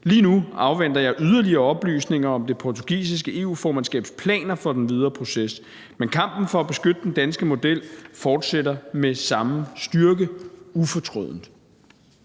Lige nu afventer jeg yderligere oplysninger om det portugisiske EU-formandskabs planer for den videre proces. Men kampen for at beskytte den danske model fortsætter med samme styrke og ufortrødent.